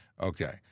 Okay